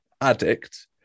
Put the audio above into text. addict